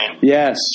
Yes